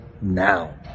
now